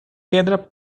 pedras